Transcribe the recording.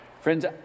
Friends